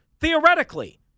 Theoretically